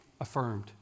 affirmed